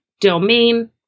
domain